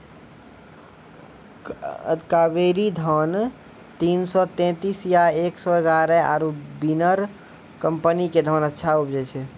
कावेरी धान तीन सौ तेंतीस या एक सौ एगारह आरु बिनर कम्पनी के धान अच्छा उपजै छै?